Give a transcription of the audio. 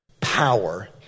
power